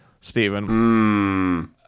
Stephen